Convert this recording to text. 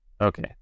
Okay